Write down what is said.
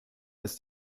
ist